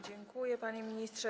Dziękuję, panie ministrze.